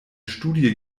studie